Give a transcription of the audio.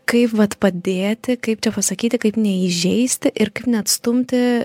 kaip vat padėti kaip čia pasakyti kaip neįžeisti ir kaip neatstumti